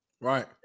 right